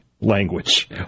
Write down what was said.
language